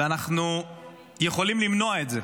ואנחנו יכולים למנוע את זה.